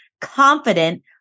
confident